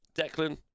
Declan